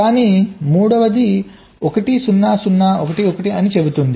కానీ మూడవ 1 0 0 1 1 అని చెబుతుంది